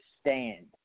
stand